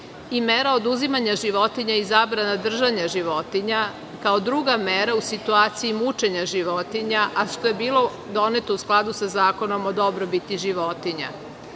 i mera oduzimanja životinja i zabrana držanja životinja kao druga mera u situaciji mučenja životinja, a što je bilo doneto u skladu sa Zakonom o dobrobiti životinja.